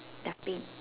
dustbin